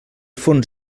fons